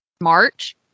March